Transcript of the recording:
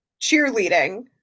cheerleading